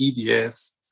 EDS